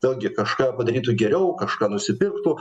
vėlgi kažką padarytų geriau kažką nusipirktų